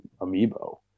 Amiibo